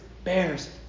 bears